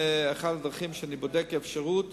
ארגון הבריאות העולמי,